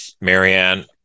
Marianne